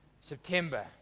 September